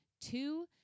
two